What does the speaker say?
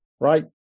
right